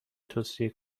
توصیه